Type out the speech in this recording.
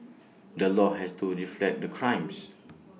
the law has to reflect the crimes